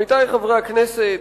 עמיתי חברי הכנסת,